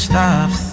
Stop